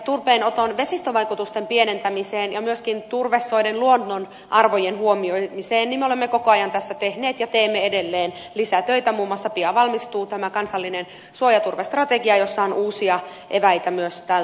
turpeenoton vesistövaikutusten pienentämiseen ja myöskin turvesoiden luonnonarvojen huomioimiseen me olemme koko ajan tässä tehneet ja teemme edelleen lisätöitä pian valmistuu muun muassa kansallinen suo ja turvestrategia jossa on uusia eväitä myös tältä osin